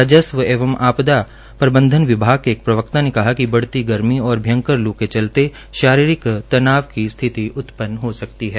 राजस्व एवं आपदा प्रबंधन विभाग के एक प्रवक्ता ने कहा कि बढती गर्मी और भयंकर लू के चलते शारीरिक तनाव की स्थिति उत्पन्न हो सकती है